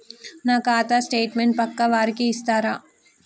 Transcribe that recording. నా ఖాతా స్టేట్మెంట్ పక్కా వారికి ఇస్తరా?